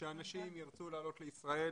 שאנשים ירצו לעלות לישראל,